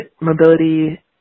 mobility